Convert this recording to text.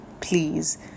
please